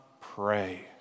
pray